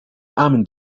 aman